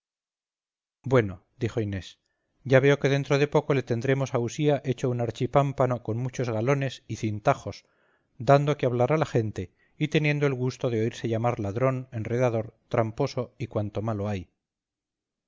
bueno dijo inés ya veo que dentro de poco le tendremos a usía hecho un archipámpano con muchos galones y cintajos dando que hablar a la gente y teniendo el gusto de oírse llamar ladrón enredador tramposo y cuanto malo hay